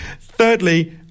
Thirdly